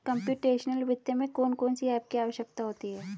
computational वित्त में कौन कौन सी एप की आवश्यकता होती है